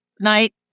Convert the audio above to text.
night